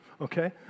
okay